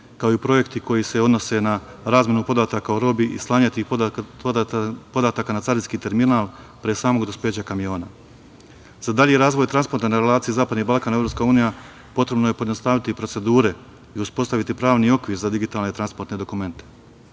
kao i projekti koji se odnose na razmenu podataka o robi i slanja tih podataka na carinske terminal pre samog dospeća kamiona.Za dalji razvoj transporta na relaciji zapadni Balkan, EU, potrebno je pojednostaviti procedure i uspostaviti pravni okvir za digitalne transportne dokumente.